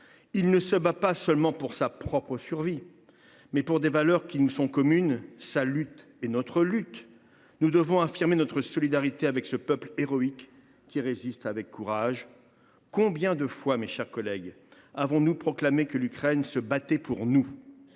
Il se bat non pas seulement pour sa propre survie, mais aussi pour des valeurs qui nous sont communes. Sa lutte est notre lutte. Nous devons affirmer notre solidarité avec ce peuple héroïque qui résiste avec courage. Combien de fois avons nous proclamé que l’Ukraine se battait pour nous,